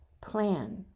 plan